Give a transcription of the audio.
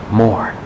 more